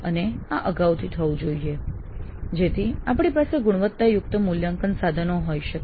અને આ અગાઉથી થવું જોઈએ જેથી આપણી પાસે ગુણવત્તાયુક્ત મૂલ્યાંકન સાધનો હોઈ શકે